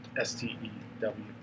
S-T-E-W